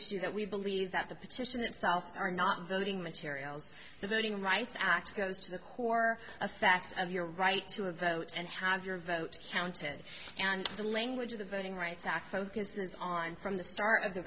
issue that we believe that the petition itself are not voting materials the voting rights act goes to the core of fact of your right to a vote and have your vote counted and the language of the voting rights act focuses on from the start of the